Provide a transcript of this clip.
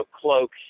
cloak